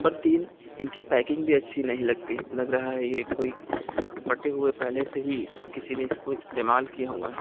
number تین ان کی پیکنگ بھی اچھی نہیں لگتی لگ رہا ہے یہ کوئی پھٹے ہوئے پہلے سے ہی کسی نے اس کو استعمال کیا ہوا ہے